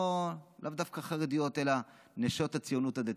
לאו דווקא חרדיות אלא נשות הציונות הדתית.